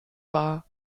war